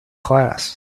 class